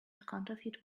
counterfeit